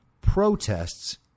Protests